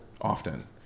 often